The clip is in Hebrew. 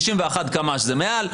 91 קמ"ש זה מעל,